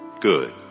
good